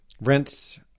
Rents